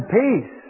peace